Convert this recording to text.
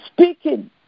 speaking